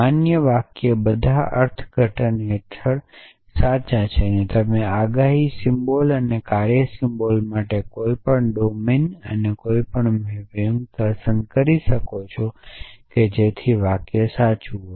માન્ય વાક્ય બધા અર્થઘટન હેઠળ સાચું છે તમે આગાહીના સિમ્બોલ અને કાર્ય સિમ્બોલ માટે કોઈપણ ડોમાઇન અને કોઈપણ મેપિંગ પસંદ કરી શકો છો અને વાક્ય સાચું હશે